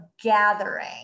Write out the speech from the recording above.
gathering